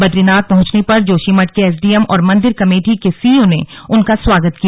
बदरीनाथ पहुंचने पर जोशीमठ के एसडीएम और मंदिर कमेटी के सीईओ ने उनका स्वागत किया